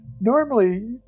normally